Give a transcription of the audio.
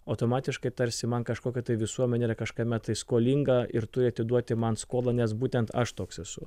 automatiškai tarsi man kažkokia tai visuomenė yra kažkam tai skolinga ir turi atiduoti man skolą nes būtent aš toks esu